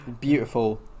Beautiful